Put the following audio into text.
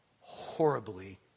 horribly